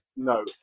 No